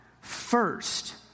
First